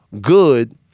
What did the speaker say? good